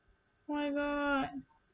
why got